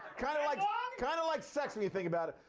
kind of like ah kind of like sex when you think about it.